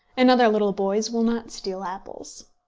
and other little boys will not steal apples.